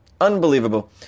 Unbelievable